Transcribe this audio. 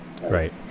Right